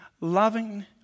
Loving